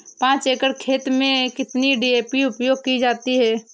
पाँच एकड़ खेत में कितनी डी.ए.पी उपयोग की जाती है?